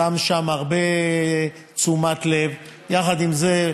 שׂם שם הרבה תשומת לב, אבל יחד עם זה,